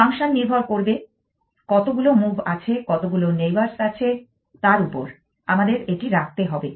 function নির্ভর করবে কতগুলো মুভ আছে কতগুলো নেইবার্স আছে তার উপর আমাদের এটি রাখতে হবে